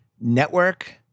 Network